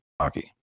hockey